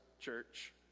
church